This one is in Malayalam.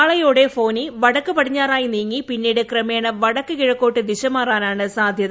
നാളെയോടെ ഫോനി വടക്ക് പടിഞ്ഞാറായി നീങ്ങി പിന്നീട് ക്രമേണ വടക്ക് കിഴക്കോട്ട് ദിശ മാറാനാണ് സാധ്യത